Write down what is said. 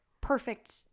perfect